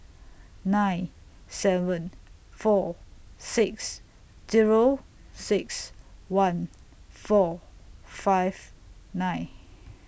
nine seven four six Zero six one four five nine